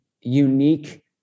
unique